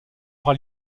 aura